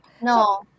No